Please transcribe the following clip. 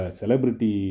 celebrity